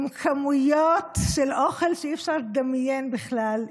עם כמויות של אוכל שאי-אפשר לדמיין בכלל,